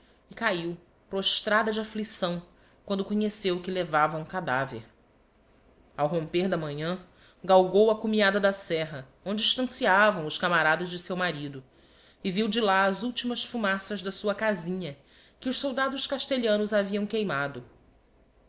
cahiu prostrada de afflicção quando conheceu que levava um cadaver ao romper da manhã galgou á cumiada da serra onde estanciavam os camaradas de seu marido e viu de lá as ultimas fumaças da sua casinha que os soldados castelhanos haviam queimado